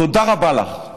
תודה רבה לך.